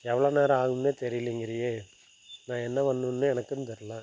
எவ்வளோ நேரம் ஆகும்னு தெரியிலங்கிறியே நான் என்ன பண்ணனும்னு எனக்கும் தெரியல